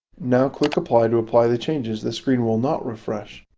now click apply to apply the changes. the screen will not refresh.